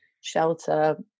shelter